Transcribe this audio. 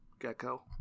Gecko